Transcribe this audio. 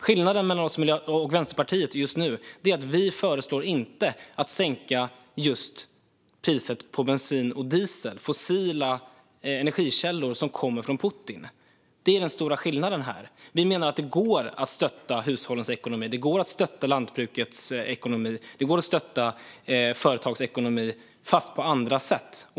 Skillnaden mellan oss och Vänsterpartiet just nu är att vi inte föreslår en sänkning av priset på just bensin och diesel, fossila energikällor som kommer från Putin. Det är den stora skillnaden här. Vi menar att det går att stötta hushållens, lantbrukets och företagens ekonomi på andra sätt.